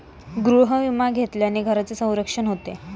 गृहविमा घेतल्याने घराचे संरक्षण होते